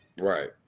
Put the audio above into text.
Right